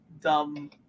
dumb